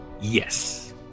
Yes